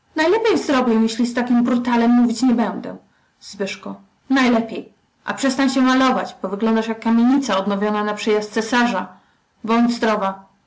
z takim brutalem mówić nie będę najlepiej a przestań się malować bo wyglądasz jak kamienica odnowiona na przyjazd cesarza bądź zdrowa